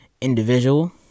individual